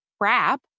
crap